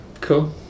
Cool